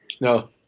No